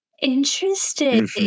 Interesting